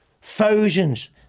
Thousands